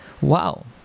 Wow